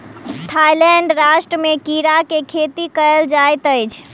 Thailand राष्ट्र में कीड़ा के खेती कयल जाइत अछि